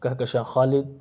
کہکشاں خالد